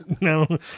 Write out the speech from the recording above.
No